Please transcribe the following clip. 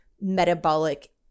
metabolic